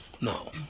No